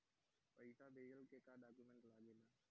पैसा भेजला के का डॉक्यूमेंट लागेला?